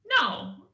no